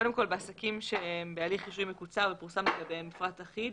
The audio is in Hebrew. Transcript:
בעסקים שהם בהליך רישוי מקוצר ופורסם לגביהם מפרט אחיד,